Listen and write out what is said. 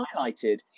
highlighted